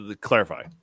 clarify